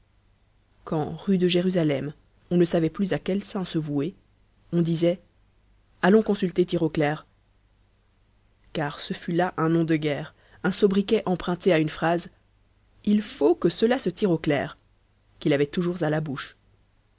quand rue de jérusalem on ne savait plus à quel saint se vouer on disait allons consulter tirau clair car ce fut là un nom de guerre un sobriquet emprunté à une phrase il faut que cela se tire au clair qu'il avait toujours à la bouche